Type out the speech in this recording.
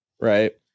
right